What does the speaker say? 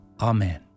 Amen